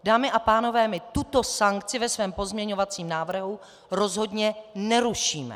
Dámy a pánové, my tuto sankci ve svém pozměňovacím návrhu rozhodně nerušíme.